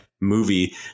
movie